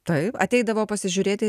tai ateidavo pasižiūrėti